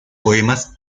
poemas